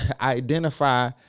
identify